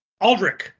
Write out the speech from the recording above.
Aldrich